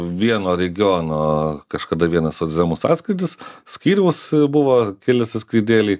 vieno regiono kažkada vienas socdemų sąskrydis skyriaus buvo keli sąskrydėliai